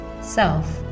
self